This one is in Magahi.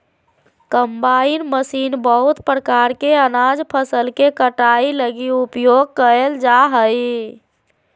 कंबाइन मशीन बहुत प्रकार के अनाज फसल के कटाई लगी उपयोग कयल जा हइ